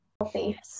Healthy